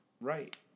right